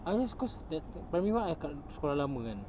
I realise cause that ti~ primary one I kat sekolah lama kan